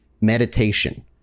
meditation